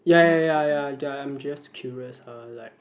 ya ya ya ya that I'm just curious !huh! like